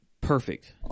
perfect